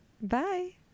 Bye